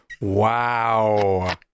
Wow